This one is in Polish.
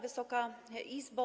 Wysoka Izbo!